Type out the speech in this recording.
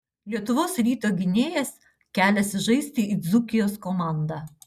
lietuvos ryto gynėjas keliasi žaisti į dzūkijos komandą